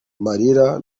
marira